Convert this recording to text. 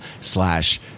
slash